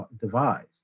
devised